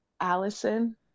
Allison